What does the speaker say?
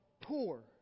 poor